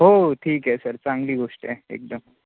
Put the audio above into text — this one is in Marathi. हो ठीक आहे सर चांगली गोष्ट आहे एकदम